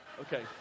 Okay